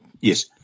Yes